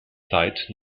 zeit